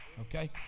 okay